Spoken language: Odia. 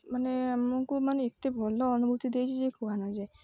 ମାନେ ଆମକୁ ମାନେ ଏତେ ଭଲ ଅନୁଭୁତି ଦେଇଛି ଯେ କୁହନି